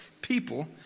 people